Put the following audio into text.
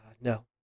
No